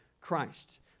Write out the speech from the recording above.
Christ